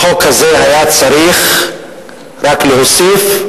בחוק הזה היה צריך רק להוסיף,